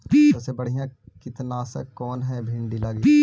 सबसे बढ़िया कित्नासक कौन है भिन्डी लगी?